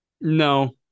No